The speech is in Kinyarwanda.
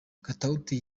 katauti